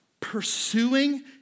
pursuing